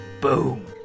boom